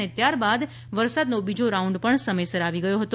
અને ત્યારબાદ વરસાદનો બીજો રાઉન્ડ પણ સમયસર આવી ગયો હતો